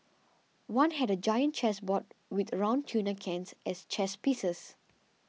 one had a giant chess board with round tuna cans as chess pieces